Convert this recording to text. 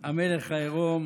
המלך העירום.